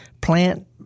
plant